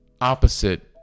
opposite